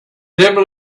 able